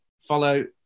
follow